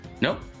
Nope